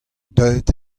deuet